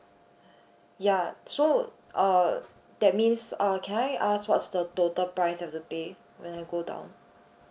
ya so uh that means uh can I ask what's the total price that I have to pay when I go down